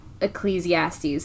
Ecclesiastes